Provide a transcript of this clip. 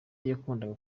yakundaga